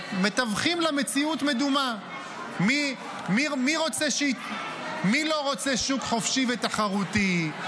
מי לא רוצה שוק חופשי ותחרותי?